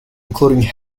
including